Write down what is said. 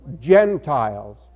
Gentiles